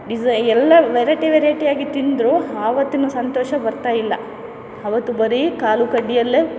ಡಿಸೈ ಎಲ್ಲ ವೆರೈಟಿ ವೆರೈಟಿಯಾಗಿ ತಿಂದರೂ ಆವತ್ತಿನ ಸಂತೋಷ ಬರ್ತಾಯಿಲ್ಲ ಅವತ್ತು ಬರೀ ಕಾಲು ಕಡ್ಡಿಯಲ್ಲೇ